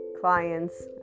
clients